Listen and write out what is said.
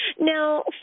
Now